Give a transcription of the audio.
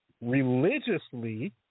religiously